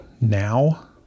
now